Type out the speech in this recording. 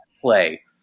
play